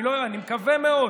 אני לא יודע, אני מקווה מאוד